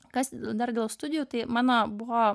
kas dar dėl studijų tai mano buvo